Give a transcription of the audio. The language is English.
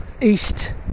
east